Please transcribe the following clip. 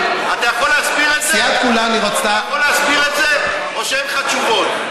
אתה יכול להסביר את זה או שאין לך תשובות?